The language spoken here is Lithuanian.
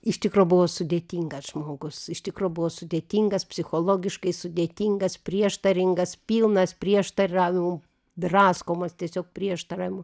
iš tikro buvo sudėtingas žmogus iš tikro buvo sudėtingas psichologiškai sudėtingas prieštaringas pilnas prieštaravimų draskomas tiesiog prieštaravimų